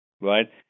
right